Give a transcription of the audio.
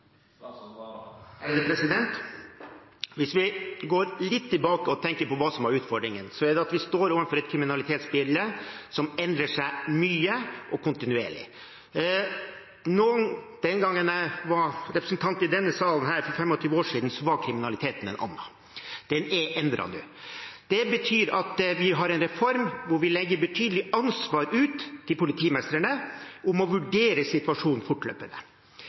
Hvis vi går litt tilbake og tenker på hva som var utfordringen, er det at vi står overfor et kriminalitetsbilde som endrer seg mye og kontinuerlig. Da jeg for 25 år siden var representant i denne salen, var kriminaliteten en annen. Den er endret nå. Det betyr at vi har en reform hvor vi legger et betydelig ansvar på politimestrene for å vurdere situasjonen fortløpende.